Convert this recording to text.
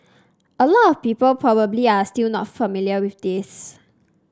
a lot of people probably are still not familiar with this